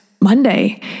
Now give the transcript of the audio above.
Monday